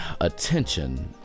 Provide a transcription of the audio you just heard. attention